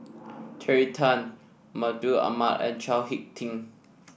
Terry Tan Mahmud Ahmad and Chao HicK Tin